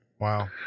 Wow